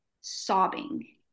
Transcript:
sobbing